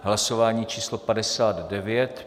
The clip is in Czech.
Hlasování číslo 59.